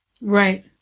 Right